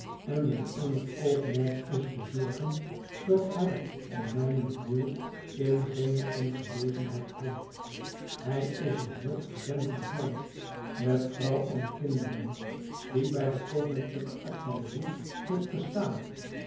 en mijn eenig oogmerk is te zorgen dat hij om mijnentwil in geene ongelegenheid komt hij is een heel ordentelijk man met vrouw en kinderen die bij de koninklijke artillerie heeft gestaan